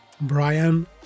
Brian